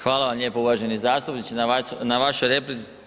Hvala vam lijepo uvaženi zastupniče na vašoj replici.